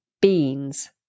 beans